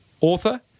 author